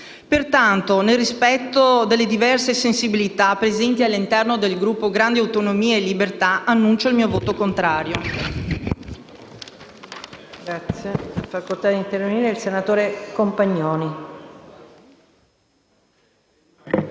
Pertanto, nel rispetto delle diverse sensibilità presenti all'interno del Gruppo Grandi Autonomie e Libertà, annuncio il mio voto contrario.